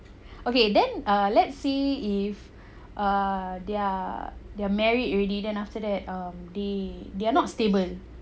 okay then err let's see if err they are they are married already then after that um they they are not stable